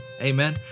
Amen